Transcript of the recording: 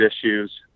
issues